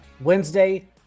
Wednesday